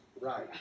right